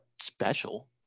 special